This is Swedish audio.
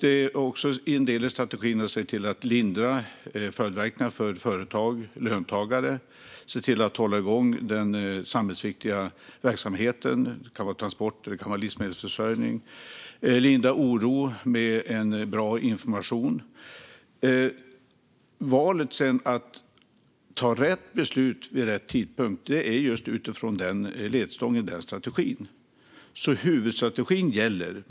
En del i strategin är också att lindra följdverkningar för företag och löntagare, att hålla igång samhällsviktig verksamhet, som kan vara transporter och livsmedelsförsörjning, och att lindra oro med bra information. Valet att sedan fatta rätt beslut vid rätt tidpunkt görs just utifrån denna strategi. Huvudstrategin gäller.